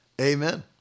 amen